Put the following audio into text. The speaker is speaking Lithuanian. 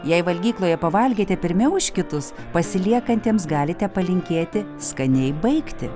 jei valgykloje pavalgėte pirmiau už kitus pasiliekantiems galite palinkėti skaniai baigti